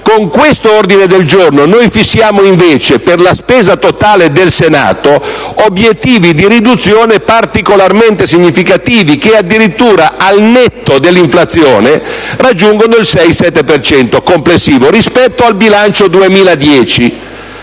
Con questo ordine del giorno fissiamo invece per la spesa totale del Senato obiettivi di riduzione particolarmente significativi, che addirittura, al netto dell'inflazione, raggiungono il 6-7 per cento complessivo rispetto al bilancio del 2010.